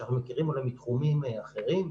שאנחנו מכירים אולי מתחומים אחרים,